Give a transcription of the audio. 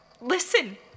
listen